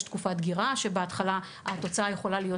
יש תקופת דגירה כך שבהתחלה התוצאה יכולה להיות